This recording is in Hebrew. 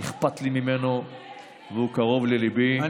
שאכפת לי מהנושא הזה והוא קרוב לליבי,